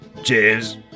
Cheers